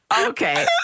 Okay